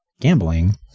gambling